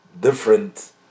different